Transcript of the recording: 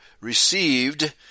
received